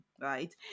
right